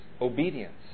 obedience